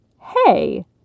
Hey